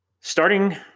Starting